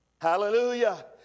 Hallelujah